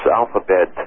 alphabet